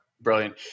brilliant